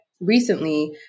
recently